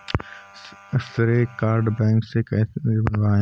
श्रेय card bank से कैसे बनवाएं?